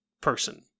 person